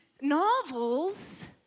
novels